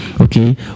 Okay